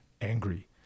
angry